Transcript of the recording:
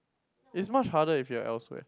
it's much harder if you are elsewhere